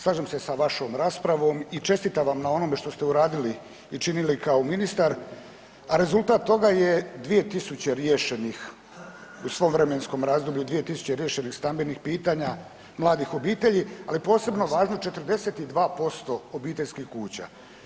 Slažem se sa vašom raspravom i čestitam vam na onome što ste uradili i činili kao ministar, a rezultat toga je 2.000 riješenih u svom vremenskom razdoblju, 2.000 riješenih stambenih pitanja mladih obitelji, ali posebno važno 42% obiteljskih kuća.